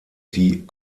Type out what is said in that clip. die